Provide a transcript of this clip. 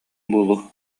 буолуо